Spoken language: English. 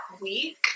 week